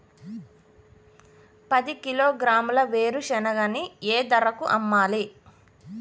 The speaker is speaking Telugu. పది కిలోగ్రాముల వేరుశనగని ఏ ధరకు అమ్మాలి?